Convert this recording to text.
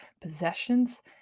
possessions